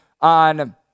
on